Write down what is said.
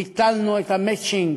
ביטלנו את המצ'ינג,